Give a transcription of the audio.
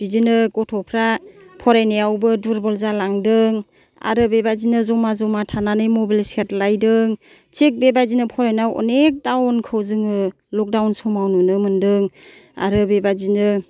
बिदिनो गथ'फ्रा फरायनायावबो दुरबल जालांदों आरो बेबायदिनो जमा जमा थानानै मबाइल सेरलायदों थिग बेबायदिनो फरायनायाव अनेक दावनखौ जोङो लक दाउन समाव नुनो मोनदों आरो बेबायदिनो